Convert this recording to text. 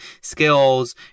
skills